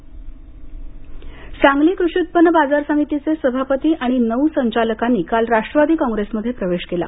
पक्षांतर सांगली कृषी उत्पन्न बाजार समितीचे सभापती आणि नऊ संचालकांनी काल राष्ट्रवादी काँग्रेसमध्ये प्रवेश केला